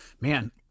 Man